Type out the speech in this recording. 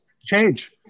Change